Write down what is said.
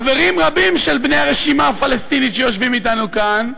חברים רבים של בני הרשימה הפלסטינית שיושבים אתנו כאן,